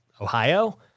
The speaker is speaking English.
Ohio